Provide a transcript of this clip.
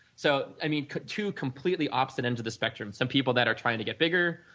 so, i mean, two completely opposite ends of the spectrum, some people that are trying to get bigger,